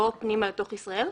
לא רק פנימה, לתוך ישראל.